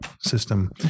system